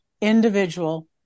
individual